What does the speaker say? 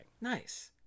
Nice